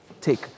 take